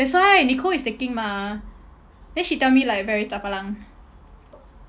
that's why nicole is taking mah then she tell me like very chapalang